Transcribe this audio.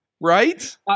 Right